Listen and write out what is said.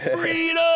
Freedom